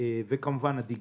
ירוקות וכמובן הדיגיטציה.